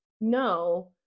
No